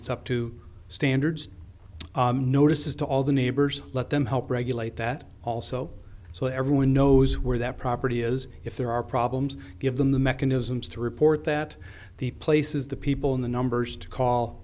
it's up to standards notices to all the neighbors let them help regulate that also so everyone knows where that property is if there are problems give them the mechanisms to report that the places the people in the numbers to call